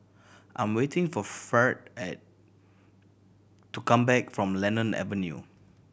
I'm waiting for Ferd at to come back from Lemon Avenue